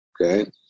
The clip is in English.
okay